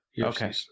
Okay